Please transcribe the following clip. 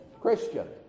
Christian